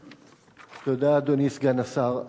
תודה, אדוני סגן השר.